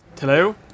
Hello